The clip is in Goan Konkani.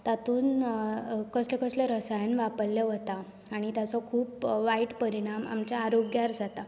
तातूंत कसले कसले रसायन वापरले वता आनी ताचो खूब वायट परिणाम आमच्या आरोग्यार जाता